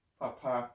papa